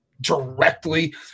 directly